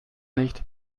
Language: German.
nicht